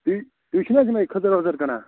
تُہۍ تُہۍ چھِو نہَ حظ یِمَے کھٔزٕر ؤزٕر کٕنان